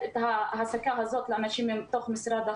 את ההעסקה הזאת לאנשים מתוך משרד החינוך.